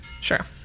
Sure